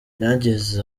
byageze